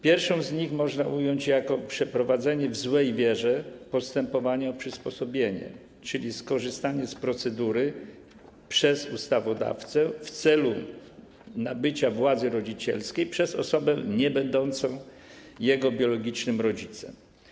Pierwszą z nich można ująć jako przeprowadzenie w złej wierze postępowania przysposobienia, czyli skorzystanie z procedury ustanowionej przez ustawodawcę w celu nabycia władzy rodzicielskiej przez osobę niebędącą jego biologicznym rodzicem.